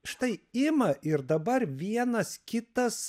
štai ima ir dabar vienas kitas